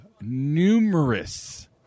numerous